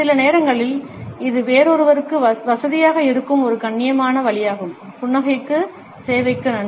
சில நேரங்களில் இது வேறொருவருக்கு வசதியாக இருக்கும் ஒரு கண்ணியமான வழியாகும் புன்னகைக்கு சேவைக்கு நன்றி